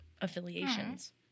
affiliations